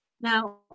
Now